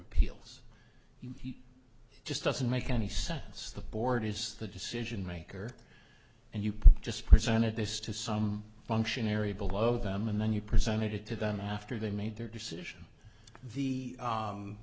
appeals just doesn't make any sense the board is the decision maker and you just presented this to some functionary below them and then you presented it to them after they made their decision the